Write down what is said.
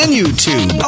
YouTube